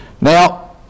Now